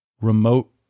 remote